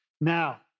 Now